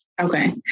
Okay